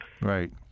right